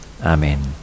Amen